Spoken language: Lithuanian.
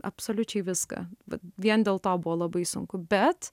absoliučiai viską bet vien dėl to buvo labai sunku bet